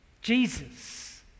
Jesus